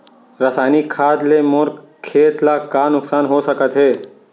रसायनिक खाद ले मोर खेत ला का नुकसान हो सकत हे?